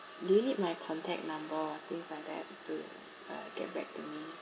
do you need my contact number things like that to uh get back to me